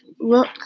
look